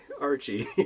Archie